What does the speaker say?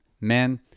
Men